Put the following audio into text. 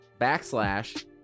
backslash